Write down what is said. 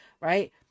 right